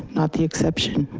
not the exception.